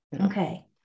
Okay